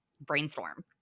brainstorm